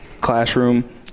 classroom